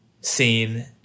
scene